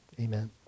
amen